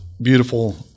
beautiful